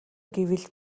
гэвэл